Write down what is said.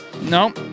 No